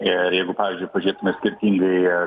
ir jeigu pavyzdžiui pažėtume skirtingai